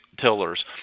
tillers